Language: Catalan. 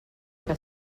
que